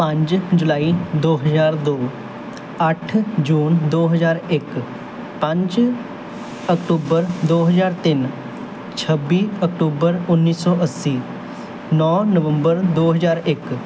ਪੰਜ ਜੁਲਾਈ ਦੋ ਹਜ਼ਾਰ ਦੋ ਅੱਠ ਜੂਨ ਦੋ ਹਜ਼ਾਰ ਇੱਕ ਪੰਜ ਅਕਤੂਬਰ ਦੋ ਹਜ਼ਾਰ ਤਿੰਨ ਛੱਬੀ ਅਕਤੂਬਰ ਉੱਨੀ ਸੌ ਅੱਸੀ ਨੌਂ ਨਵੰਬਰ ਦੋ ਹਜ਼ਾਰ ਇੱਕ